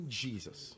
jesus